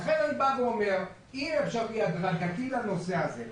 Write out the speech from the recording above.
לכן אני אומר: אי אפשר בלי שתהיה הדרגתיות בנושא הזה.